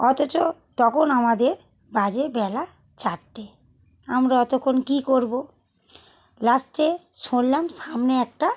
অথচ তখন আমাদের বাজে বেলা চারটে আমরা অতক্ষণ কী করবো লাস্টে শুনলাম সামনে একটা